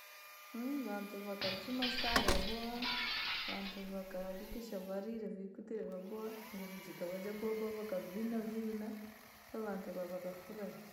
vantu vakachuma sare yaboowa, vantu vakahakikisha varire viikutire vyaboowa, nguvu jikavaa jaboowa boowa vikavinaa vinaa avantu ga vakufurahi.